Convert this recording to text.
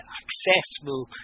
accessible